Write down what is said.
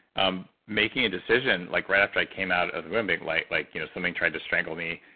um making a decision like right after i came out of the womb being like like you know something tried to strangle me.